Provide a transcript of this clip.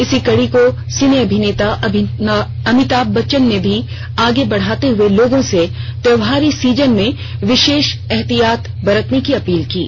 इसी कड़ी को सिनेअभिनेता अमिताभ बच्चन ने भी आगे बढ़ाते हुए लोगों से त्योहारी सीजन में विशेष एहतियात बरतने की अपील की है